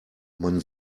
man